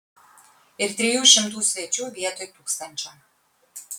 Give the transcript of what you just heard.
ir trijų šimtų svečių vietoj tūkstančio